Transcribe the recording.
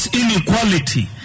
inequality